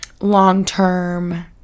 long-term